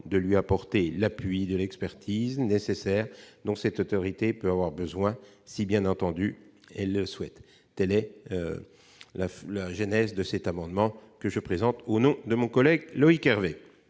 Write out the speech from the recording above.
à lui apporter l'appui et l'expertise dont cette autorité peut avoir besoin, si bien entendu si elle le souhaite. Tel est le sens de cet amendement que je vous ai présenté au nom de mon collègue Loïc Hervé.